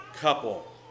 couple